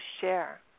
share